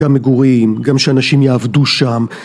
גם מגורים, גם שאנשים יעבדו שם